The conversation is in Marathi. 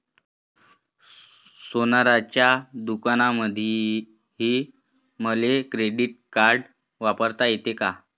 सोनाराच्या दुकानामंधीही मले क्रेडिट कार्ड वापरता येते का?